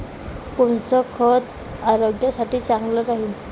कोनचं खत आरोग्यासाठी चांगलं राहीन?